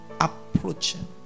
approaching